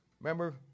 Remember